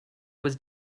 was